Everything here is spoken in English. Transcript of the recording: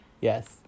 yes